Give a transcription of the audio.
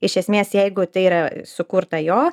iš esmės jeigu tai yra sukurta jo